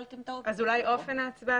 אולי נגיד "אופן ההצבעה".